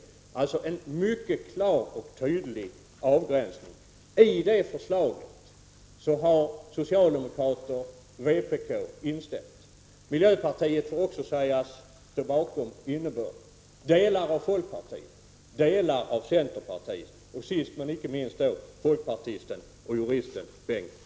Det är alltså en mycket klar och tydlig avgränsning. I det förslaget har socialdemokraterna och vpk instämt. Miljöpartiet får också sägas stå bakom innebörden, liksom delar av folkpartiet och centerpartiet, och sist men inte minst folkpartisten och juristen Bengt Harding Olson.